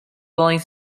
willing